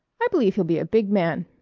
i believe he'll be a big man.